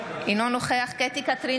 אינו נוכח קטי קטרין